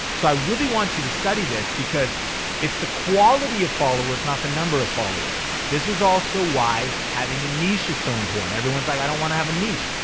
so i really want you to study this because it's the quality of followers, not the number of followers. this is also why having a niche is so important. everyone's like, i don't wanna have a niche,